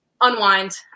unwind